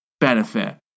benefit